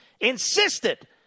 insisted